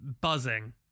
Buzzing